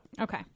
Okay